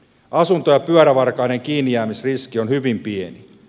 asunto ja pyörävarkaiden kiinnijäämisriski on hyvin pieni